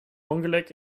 ongeluk